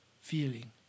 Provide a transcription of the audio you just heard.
feeling